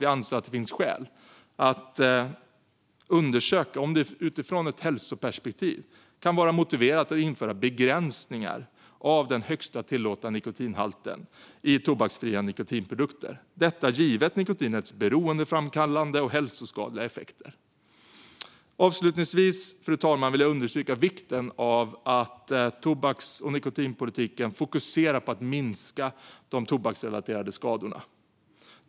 Vi anser att det finns skäl att undersöka om det utifrån ett hälsoperspektiv kan vara motiverat att införa begränsningar av den högsta tillåtna nikotinhalten i tobaksfria nikotinprodukter, givet nikotinets beroendeframkallande och hälsoskadliga effekter. Avslutningsvis, fru talman, vill jag understryka vikten av att tobaks och nikotinpolitiken fokuserar på att minska de tobaksrelaterade skadorna.